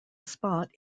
spot